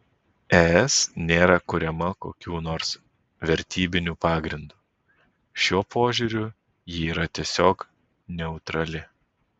es nėra kuriama kokiu nors vertybiniu pagrindu šiuo požiūriu ji yra tiesiog neutrali